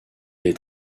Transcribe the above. est